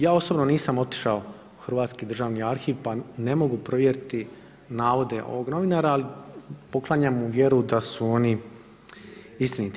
Ja osobno nisam otišao u Hrvatski državni arhiv pa ne mogu provjeriti navode ovoga novinara ali poklanjam mu vjeru da su oni istiniti.